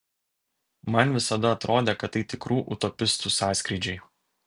man visada atrodė kad tai tikrų utopistų sąskrydžiai